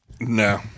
No